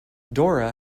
dora